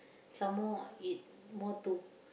some more it more to